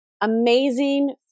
amazing